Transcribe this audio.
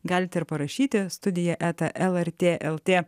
galite ir parašyti studija eta lrt el tė